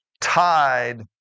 tied